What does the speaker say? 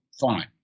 fine